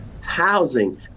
housing